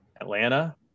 Atlanta